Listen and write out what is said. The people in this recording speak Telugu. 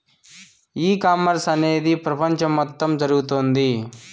ఈ కామర్స్ అనేది ప్రపంచం మొత్తం జరుగుతోంది